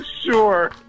sure